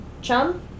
chum